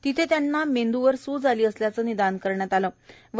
तिथे त्यांच्या मेंदूवर सूज आली असल्याचे निदान करण्यात आलं होतं